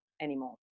anymore